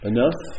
Enough